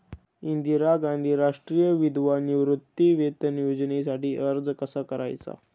इंदिरा गांधी राष्ट्रीय विधवा निवृत्तीवेतन योजनेसाठी अर्ज कसा करायचा?